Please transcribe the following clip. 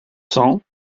cents